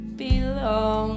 belong